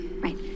Right